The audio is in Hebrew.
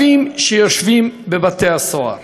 אימהות שיכולות לגדל את הילדות והילדים שלהן